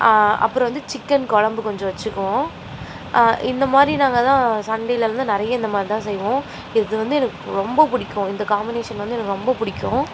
அப்புறம் வந்து சிக்கன் குழம்பு கொஞ்சம் வச்சிக்குவோம் இந்த மாதிரி நாங்களாம் சண்டேயிலருந்து நிறைய இந்த மாதிரி தான் செய்வோம் இது வந்து எனக்கு ரொம்ப பிடிக்கும் இந்த காம்பினேஷன் வந்து எனக்கு ரொம்ப பிடிக்கும்